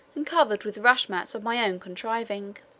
and covered with rush-mats of my own contriving.